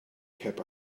kept